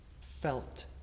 felt